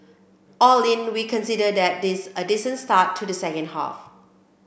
all in we considered that this a decent start to the second half